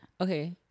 Okay